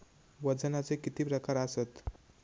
वजनाचे किती प्रकार आसत?